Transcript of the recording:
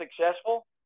successful